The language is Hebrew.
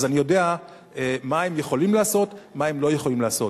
אז אני יודע מה הם יכולים לעשות ומה הם לא יכולים לעשות.